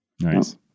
Nice